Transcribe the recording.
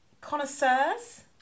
connoisseurs